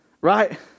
right